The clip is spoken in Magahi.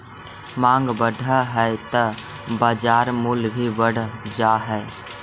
माँग बढ़ऽ हइ त बाजार मूल्य भी बढ़ जा हइ